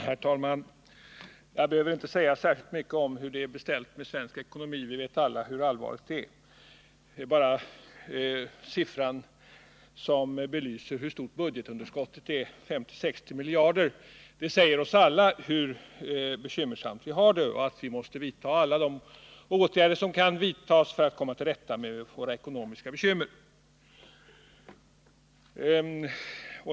Herr talman! Jag behöver inte säga särskilt mycket om hur det är beställt med svensk ekonomi -— vi vet alla hur allvarligt läget är. Enbart den siffra som belyser hur stort budgetunderskottet är — 50-60 miljarder — säger oss hur bekymmersamt vi har det och att vi måste vidta alla de åtgärder som kan vidtas för att komma till rätta med de ekonomiska bekymren.